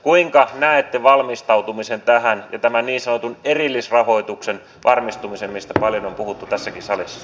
kuinka näette valmistautumisen tähän ja tämän niin sanotun erillisrahoituksen varmistumisen mistä paljon on puhuttu tässäkin salissa